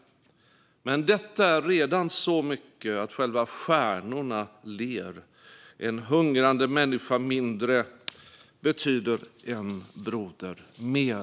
Men detta är redan så mycketatt själva stjärnorna ler. En hungrande människa mindrebetyder en broder mer.